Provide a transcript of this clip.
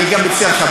אני גם מציע לך,